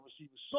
receivers